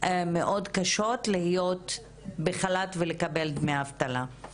מאוד קשות להיות בחל"ת ולקבל דמי אבטלה.